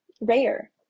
rare